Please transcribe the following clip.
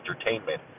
entertainment